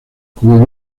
como